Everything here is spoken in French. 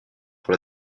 pour